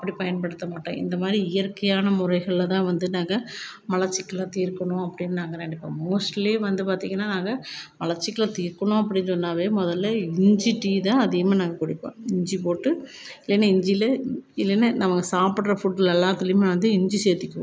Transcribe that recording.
அப்படி பயன்படுத்த மாட்டோம் இந்தமாதிரி இயற்கையான முறைகளில்தான் வந்து நாங்கள் மலச்சிக்கலை தீர்க்கணும் அப்படின் நாங்கள் நினைப்போம் மோஸ்ட்லி வந்து பார்த்தீங்கன்னா நாங்கள் மலச்சிக்கலை தீர்க்கணும் அப்படி சொன்னால் முதல்ல இஞ்சி டீ தான் அதிகமாக நாங்கள் குடிப்போம் இஞ்சி போட்டு இல்லைன்னா இஞ்சியில் இல்லைன்னா நம்ம சாப்பிட்ற ஃபுட்டில் எல்லாத்துலேயுமே வந்து இஞ்சி சேர்த்திக்கிவோம்